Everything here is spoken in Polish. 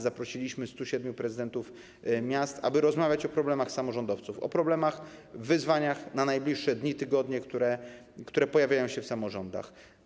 Zaprosiliśmy 107 prezydentów miast, aby rozmawiać o problemach samorządowców, o wyzwaniach na najbliższe dni, tygodnie, które pojawiają się w samorządach.